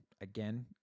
again